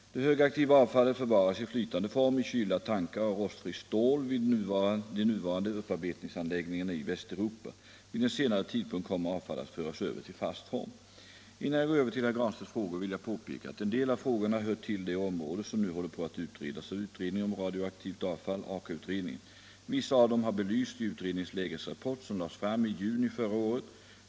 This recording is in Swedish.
Det högaktiva avfallet förvaras i flytande form i kylda tankar av rostfritt stål vid de nuvarande upparbetningsanläggningarna i Västeuropa. Vid en senare tidpunkt kommer avfallet att föras över till fast form. Innan jag övergår till herr Granstedts frågor vill jag påpeka att en del av frågorna hör till det område som nu håller på att utredas av utredningen om radioaktivt avfall, AKA-utredningen. Vissa av dem har belysts i utredningens lägesrapport, som lades fram i juni förra året.